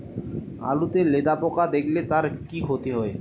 আলুতে লেদা পোকা দেখালে তার কি ক্ষতি হয়?